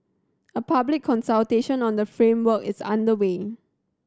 a public consultation on the framework is underway